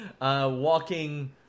walking